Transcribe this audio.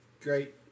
Great